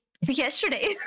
Yesterday